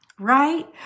right